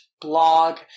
blog